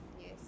yes